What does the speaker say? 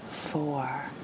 four